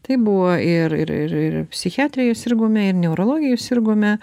tai buvo ir ir ir ir psichiatrija sirgome ir neurologijų sirgome